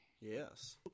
Yes